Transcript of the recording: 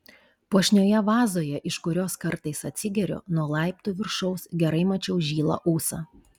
puošnioje vazoje iš kurios kartais atsigeriu nuo laiptų viršaus gerai mačiau žilą ūsą